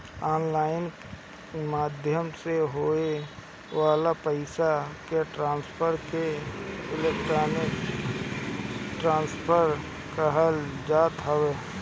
online माध्यम से होए वाला पईसा के ट्रांसफर के इलेक्ट्रोनिक ट्रांसफ़र कहल जात हवे